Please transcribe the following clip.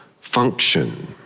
function